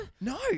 No